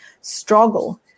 struggle